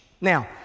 Now